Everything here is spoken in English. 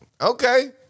Okay